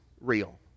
real